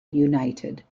united